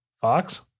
Fox